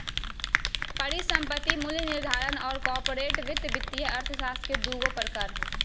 परिसंपत्ति मूल्य निर्धारण और कॉर्पोरेट वित्त वित्तीय अर्थशास्त्र के दू गो प्रकार हइ